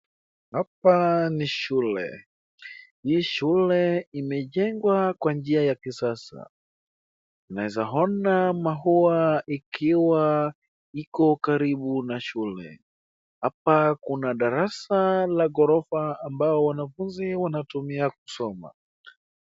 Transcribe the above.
Hapa ni shule. Hii shule imejengwa kwa njia ya kisasa. Unaweza ona maua ikiwa iko karibu na shule. Hapa kuna darasa la ghorofa ambao wanafunzi wanatumia kusoma.